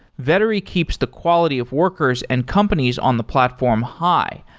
vettery keeps the quality of workers and companies on the platform high,